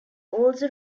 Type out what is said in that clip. also